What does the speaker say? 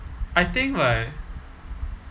I think like